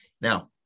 Now